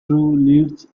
leads